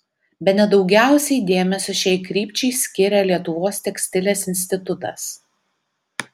bene daugiausiai dėmesio šiai krypčiai skiria lietuvos tekstilės institutas